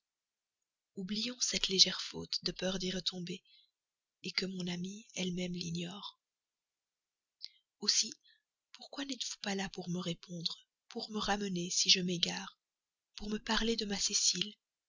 oublions cette légère faute de peur d'y retomber que mon amie elle-même l'ignore aussi pourquoi n'êtes-vous pas là pour me répondre pour me ramener si je m'égare pour me parler de ma cécile